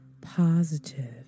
positive